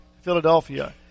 Philadelphia